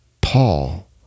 Paul